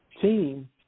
team